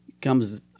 comes